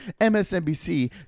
MSNBC